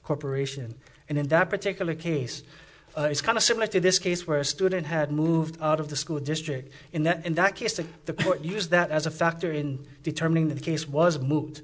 corporation and in that particular case it's kind of similar to this case where a student had moved out of the school district in that in that case to the point use that as a factor in determining the case was moved